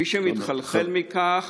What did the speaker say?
מי שמתחלחל מכך